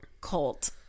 cult